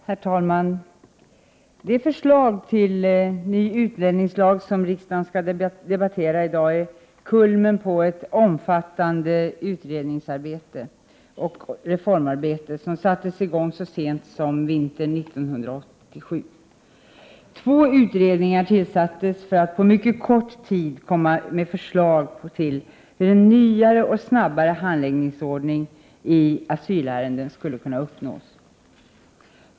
Herr talman! Det förslag till ny utlänningslag som riksdagen skall debattera i dag är kulmen på ett omfattande utredningsoch reformarbete, som sattes i gång så sent som vintern 1987. Två utredningar tillsattes då för att på mycket kort tid komma med förslag till hur en nyare och snabbare handläggningsordning i asylärenden skulle kunna uppnås.